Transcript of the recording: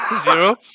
Zero